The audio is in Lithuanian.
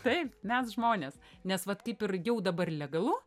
taip mes žmonės nes vat kaip ir jau dabar legalu